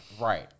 right